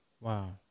Wow